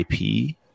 IP